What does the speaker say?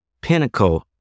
pinnacle